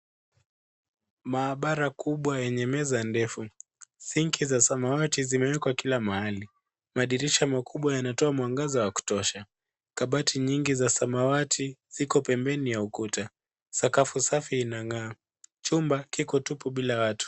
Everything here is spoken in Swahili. Maabara kubwa yenye meza ndefu, sinki za samawati zimewekwa kila mahali. Madirisha makubwa yanatoa mwangaza wa kutosha. Kabati nyingi za samawati ziko pembeni ya ukuta. Sakafu safi inang'aa. Chumba kiko tupu bila watu.